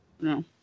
No